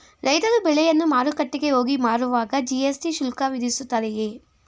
ರೈತರು ಬೆಳೆಯನ್ನು ಮಾರುಕಟ್ಟೆಗೆ ಹೋಗಿ ಮಾರುವಾಗ ಜಿ.ಎಸ್.ಟಿ ಶುಲ್ಕ ವಿಧಿಸುತ್ತಾರೆಯೇ?